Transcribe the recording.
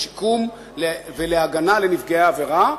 בשיקום ובהגנה של נפגעי עבירה,